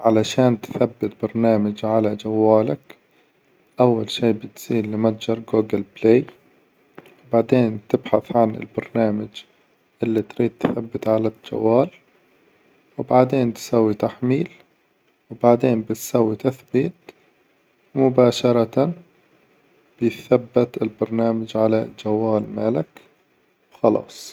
علشان تثبت برنامج على جوالك، أول شي بتسير لمتجر جوجل بلاي، بعدين تبحث عن البرنامج إللي تريد تثبته على الجوال، وبعدين تسوي بتحميل، بعدين تسوي تثبيت مباشرة بيثبت البرنامج على الجوال مالك وخلاص.